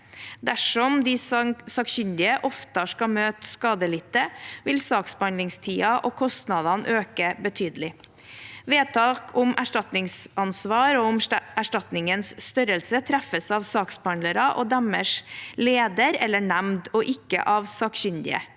Dersom de sakkyndige oftere skal møte skadelidte, vil saksbehandlingstiden og kostnadene øke betydelig. Vedtak om erstatningsansvar og om erstatningens størrelse treffes av saksbehandlere og deres leder eller nemnd, og ikke av sakkyndige.